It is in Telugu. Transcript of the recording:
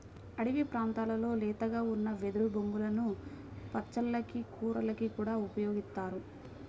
అడివి ప్రాంతాల్లో లేతగా ఉన్న వెదురు బొంగులను పచ్చళ్ళకి, కూరలకి కూడా ఉపయోగిత్తారు